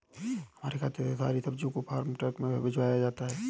हमारे खेत से सारी सब्जियों को फार्म ट्रक में भिजवाया जाता है